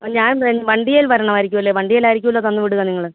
ഞാൻ വണ്ടിയിൽ വരണമായിരിക്കുമല്ലേ വണ്ടിയിലായിരിക്കുമല്ലോ തന്നു വിടുക നിങ്ങൾ